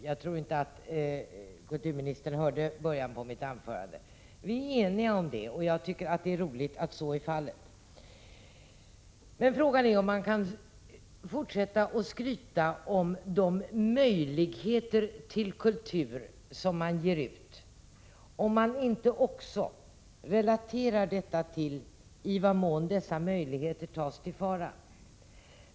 Jag tror inte att kulturministern hörde början på mitt anförande, men jag talade där om att vi har ett livaktigt kulturliv. Vi är eniga om det, och det är roligt att så är fallet. Frågan är om man kan fortsätta att skryta med de möjligheter man har till kultur om man inte också relaterar det till hur dessa möjligheter tas till vara.